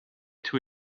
too